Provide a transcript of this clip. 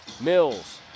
Mills